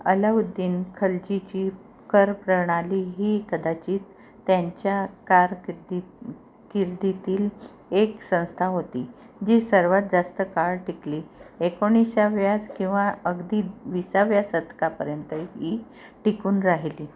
अलाउद्दीन खलजीची करप्रणाली ही कदाचित त्यांच्या कारकिर्दी किर्दीतील एक संस्था होती जी सर्वात जास्त काळ टिकली एकोणिसाव्या किंवा अगदी विसाव्या शतकापर्यंत ही टिकून राहिली